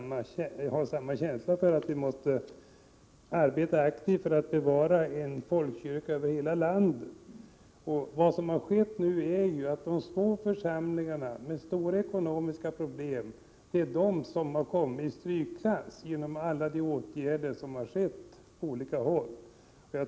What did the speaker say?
Både Mats O Karlsson och jag själv inser att det måste bedrivas ett aktivt arbete för att bevara en folkkyrka över hela landet. Det är de små församlingarna med stora ekonomiska problem som har hamnat i strykklass genom alla de åtgärder som har vidtagits på olika håll.